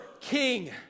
king